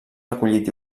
recollit